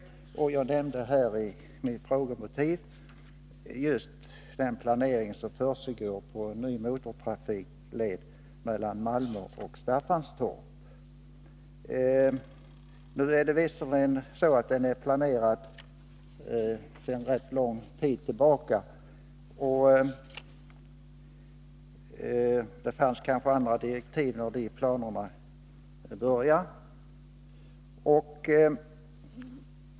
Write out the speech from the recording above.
Jag nämnde också i mitt frågemotiv just den planering som försiggår för en motortrafikled mellan Malmö och Staffanstorp. Den är visserligen planerad sedan rätt lång tid tillbaka, och det fanns kanske andra direktiv när man började den planeringen.